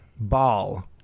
Ball